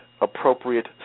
appropriate